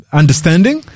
understanding